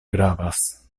gravas